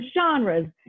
genres